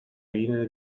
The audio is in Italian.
linee